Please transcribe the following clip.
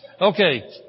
Okay